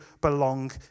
belong